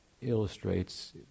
illustrates